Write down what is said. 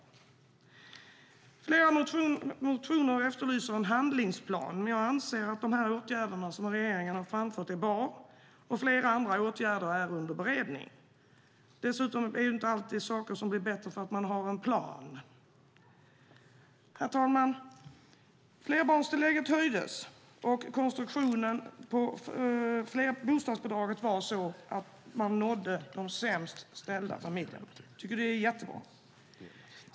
I flera motioner efterlyser man en handlingsplan, men jag anser att de åtgärder som regeringen har vidtagit är bra. Och flera andra åtgärder är under beredning. Dessutom blir saker inte alltid bättre för att man har en plan. Herr talman! Flerbarnstillägget höjdes, och konstruktionen på bostadsbidraget var sådan att man nådde de sämst ställda familjerna. Jag tycker att det är jättebra.